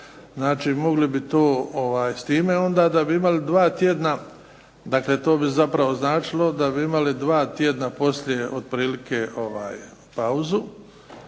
Znači, mogli bi to, s time onda da bi imali 2 tjedna, dakle to bi zapravo značilo da bi imali 2 tjedna poslije otprilike pauzu.